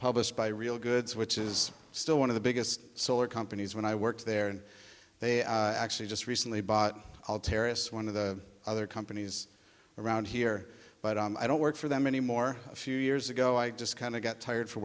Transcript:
published by real goods which is still one of the biggest solar companies when i worked there and they actually just recently bought all terrorists one of the other companies around here but i don't work for them anymore a few years ago i just kind of got tired f